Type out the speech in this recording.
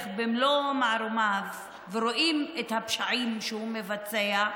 במלוא מערומיו ורואים את הפשעים שהוא מבצע,